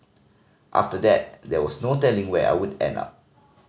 after that there was no telling where I would end up